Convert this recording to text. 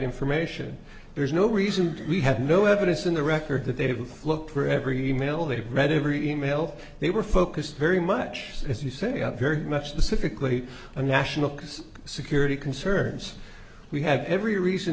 information there's no reason we have no evidence in the record that they've looked for every e mail they've read every e mail they were focused very much as you say are very much the civically the national security concerns we have every reason